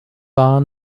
war